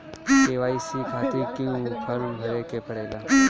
KYC खातिर क्यूं form भरे के पड़ेला?